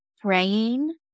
praying